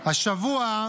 השבוע,